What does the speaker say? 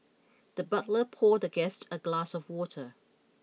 the butler poured the guest a glass of water